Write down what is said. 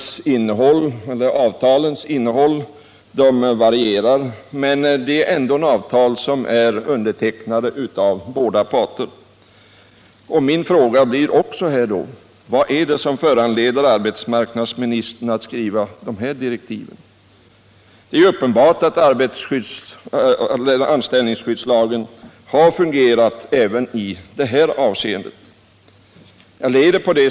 Avtalens innehåll varierar, men det är ändå avtal som är undertecknade av båda parter. Min fråga här blir: Vad är det som föranleder arbetsmarknadsministern att skriva dessa direktiv? Det är uppenbart att anställningsskyddslagen har fungerat även i detta avseende.